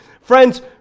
Friends